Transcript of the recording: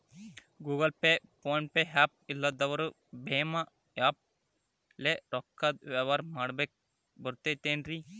Google Pay, PhonePe app ಇಲ್ಲದವರು ಭೇಮಾ app ಲೇ ರೊಕ್ಕದ ವ್ಯವಹಾರ ಮಾಡಾಕ್ ಬರತೈತೇನ್ರೇ?